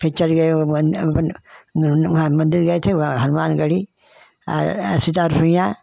फ़िर चल गए वन वहाँ मंदिर गए थे वहाँ हनुमान गढ़ी आ ऐसे जात